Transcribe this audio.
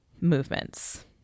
movements